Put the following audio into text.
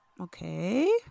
Okay